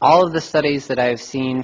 all of the studies that i've seen